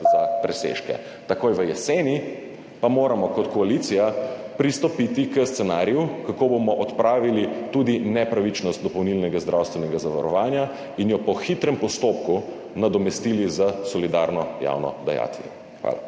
presežke. Takoj v jeseni pa moramo kot koalicija pristopiti k scenariju, kako bomo odpravili tudi nepravičnost dopolnilnega zdravstvenega zavarovanja in jo po hitrem postopku nadomestili s solidarno javno dajatvijo. Hvala.